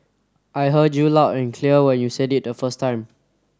I heard you loud and clear when you said it the first time